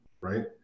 right